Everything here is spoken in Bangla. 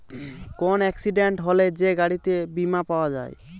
কোন এক্সিডেন্ট হলে যে গাড়িতে বীমা পাওয়া যায়